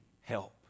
help